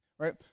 Right